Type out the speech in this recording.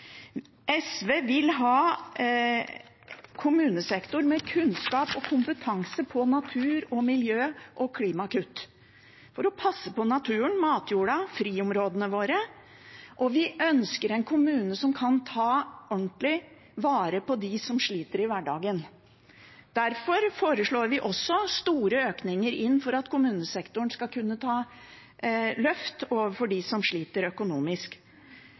SV vil ha en kommunesektor med kunnskap og kompetanse om natur, miljø og klimakutt, for å passe på naturen, matjorda og friområdene våre. Vi ønsker en kommune som kan ta ordentlig vare på dem som sliter i hverdagen. Derfor foreslår vi også store økninger for at kommunesektoren skal kunne ta løft overfor dem som sliter økonomisk,